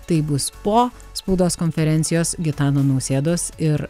taip bus po spaudos konferencijos gitano nausėdos ir